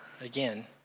again